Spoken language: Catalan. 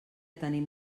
tenim